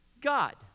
God